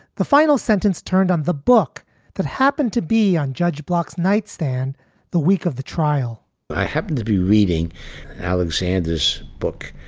the final sentence turned on the book that happened to be on judge block's nightstand the week of the trial i happened to be reading alexander's book,